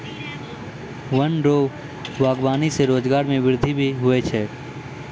वन रो वागबानी से रोजगार मे वृद्धि भी हुवै छै